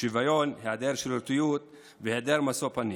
שוויון, היעדר שירותיות והיעדר משוא פנים.